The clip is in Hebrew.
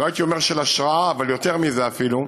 לא הייתי אומר של השראה, אבל יותר מזה אפילו,